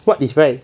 what is right